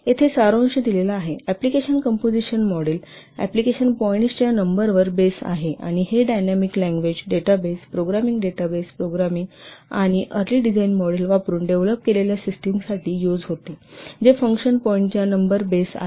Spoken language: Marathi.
येथे सारांश दिलेला आहे एप्लिकेशन कंपोजिशन मॉडेल एप्लिकेशन पॉईंट्सच्या नंबरवर बेस आहे आणि हे dynamic language data base programming data base आहे आणि अर्ली डिझाइन मॉडेल वापरुन डेव्हलप केलेल्या सिस्टमसाठी यूज होते जे फंक्शन पॉईंट्सच्या नंबर बेस आहे